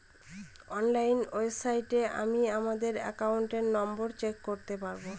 online ওয়েবসাইটে আমি আমাদের একাউন্ট নম্বর চেক করতে পারবো